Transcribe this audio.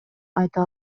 айта